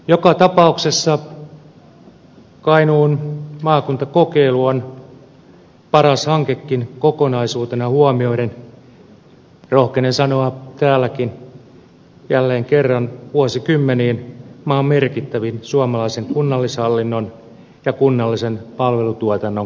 joka tapauksessa kainuun maakuntakokeilu on paras hankkeenkin kokonaisuutena huomioiden rohkenen sanoa täälläkin jälleen kerran vuosikymmeniin maan merkittävin suomalaisen kunnallishallinnon ja kunnallisen palvelutuotannon kehittämishanke